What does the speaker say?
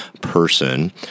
person